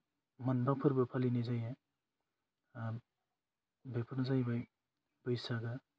मोनबा फोरबो फालिनाय जायो बेफोरनो जायैबाय बैसागो